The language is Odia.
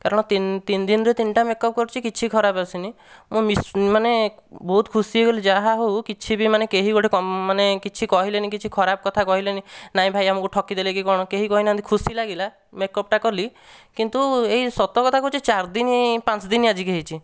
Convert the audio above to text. କାରଣ ତିନ ତିନିଦିନରେ ତିନିଟା ମେକଅପ୍ କରିଛି କିଛି ଖରାପ ଆସିନି ମୁଁ ମିସ୍ ମାନେ ବହୁତ ଖୁସି ହୋଇଗଲି ଯାହା ହେଉ କିଛି ବି ମାନେ କେହି ଗୋଟିଏ ମାନେ କିଛି କହିଲେନି କିଛି ଖରାପ କଥା କହିଲେନି ନାଇଁ ଭାଇ ଆମକୁ ଠକି ଦେଲେ କି କଣ କେହି କହି ନାହାନ୍ତି ଖୁସି ଲାଗିଲା ମେକଅପ୍ଟା କଲି କିନ୍ତୁ ଏହି ସତ କଥା କହୁଚି ଚାରିଦିନ ପାଞ୍ଚଦିନ ଆଜିକୁ ହୋଇଛି